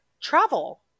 travel